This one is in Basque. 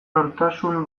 nortasun